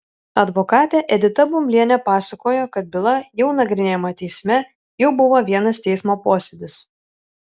advokatė edita bumblienė pasakojo kad byla jau nagrinėjama teisme jau buvo vienas teismo posėdis